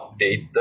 update